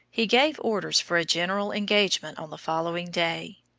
he gave orders for a general engagement on the following day.